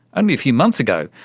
only a few months ago,